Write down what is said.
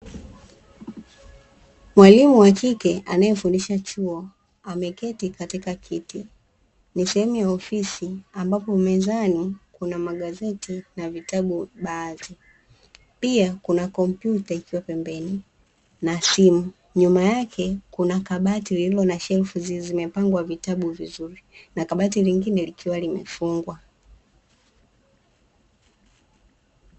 Mwalimu wa kike anayefundisha chuo, ameketi katika kiti. Ni sehemu ya ofisi ambapo mezani kuna magazeti na vitabu baadhi, pia kuna kompyuta ikiwa pembeni, na simu. Nyuma kuna kabati lililo na shelfu zimepangwa vitabu vizuri, na kabati lingine likiwa limefungwa.